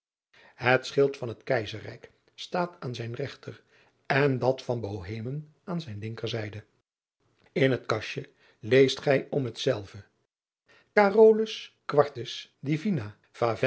et schild van het eizerrijk staat aan zijne regter en dat van ohemen aan zijne linker zijde n het kastje leest gij om hetzelve